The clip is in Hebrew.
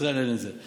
בישראל אין את זה.